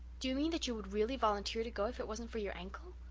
do you mean that you would really volunteer to go if it wasn't for your ankle?